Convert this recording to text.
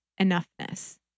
enoughness